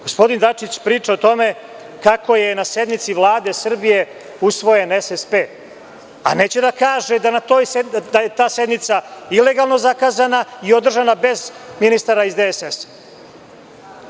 Gospodin Dačić priča o tome kako je na sednici Vlade Srbije usvojen SSP, a neće da kaže da je ta sednica ilegalno zakazana i održana bez ministara iz DSS-a.